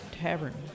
Tavern